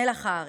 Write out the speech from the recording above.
מלח הארץ,